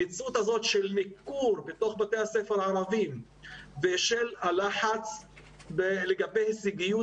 המציאות של ניכור בתוך בתי הספר הערביים ושל הלחץ לגבי הישגיות